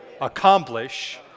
accomplish